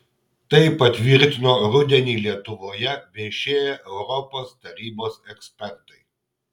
tai patvirtino rudenį lietuvoje viešėję europos tarybos ekspertai